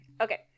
Okay